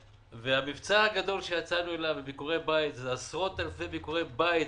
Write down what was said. והמבצע הגדול שיצאנו אלינו בביקורי בית זה עשרות אלפי ביקורי בית.